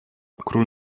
król